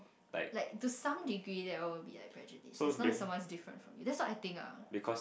like the sound degree will be like prejudice as long as some is different from you that's what I think lah